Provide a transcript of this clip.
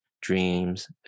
dreams